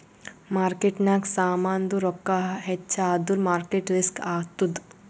ಮಾರ್ಕೆಟ್ನಾಗ್ ಸಾಮಾಂದು ರೊಕ್ಕಾ ಹೆಚ್ಚ ಆದುರ್ ಮಾರ್ಕೇಟ್ ರಿಸ್ಕ್ ಆತ್ತುದ್